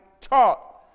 taught